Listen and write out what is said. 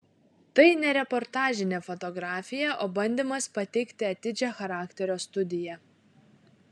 tai ne reportažinė fotografija o bandymas pateikti atidžią charakterio studiją